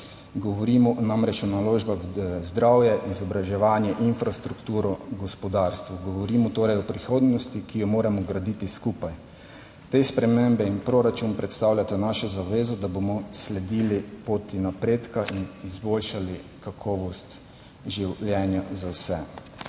Govorimo namreč o naložbah v zdravje, izobraževanje, infrastrukturo, gospodarstvo. Govorimo torej o prihodnosti, ki jo moramo graditi skupaj. Te spremembe in proračun predstavljata našo zavezo, da bomo sledili poti napredka in izboljšali kakovost življenja za vse.